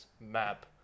map